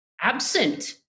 absent